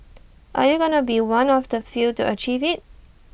are you gonna be one of the few to achieve IT